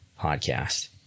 podcast